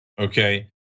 Okay